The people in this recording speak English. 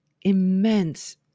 immense